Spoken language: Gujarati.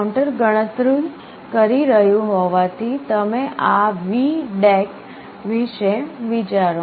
કાઉન્ટર ગણતરી કરી રહ્યું હોવાથી તમે આ VDAC વિશે વિચારો